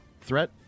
threat